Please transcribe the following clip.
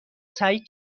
سعید